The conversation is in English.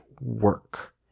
work